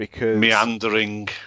Meandering